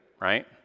Right